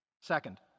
Second